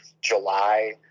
July